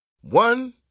One